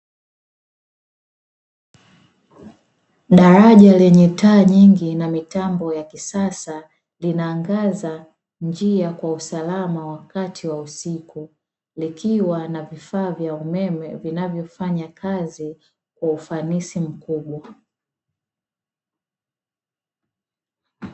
Daraja lenye taa nyingi na mitambo ya kisasa, linaangaza njia kwa usalama wakati wa usiku, likiwa na vifaa vya umeme vinavyofanya kazi kwa ufanisi mkubwa.